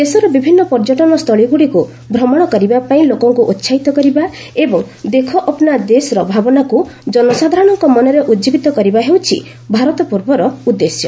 ଦେଶର ବିଭିନ୍ସ ପର୍ଯ୍ୟଟନ ସ୍ଥଳୀଗୁଡ଼ିକୁ ଭ୍ରମଣ କରିବାପାଇଁ ଲୋକଙ୍କୁ ଉତ୍କାହିତ କରିବା ଏବଂ ଦେଖୋ ଆପ୍ନା ଦେଶ ର ଭାବନାକୁ ଜନସାଧାରଣଙ୍କ ମନରେ ଉଜ୍ଜୀବୀତ କରାଇବା ହେଉଛି ଭାରତ ପର୍ବର ଉଦ୍ଦେଶ୍ୟ